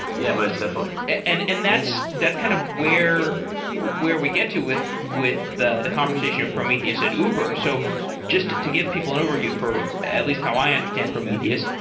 yeah, most definitely and and that's that's kind of where where we get to with with the the conversation of prometheus at uber. so just to give people an overview for at least how i understand prometheus,